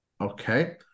Okay